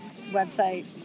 website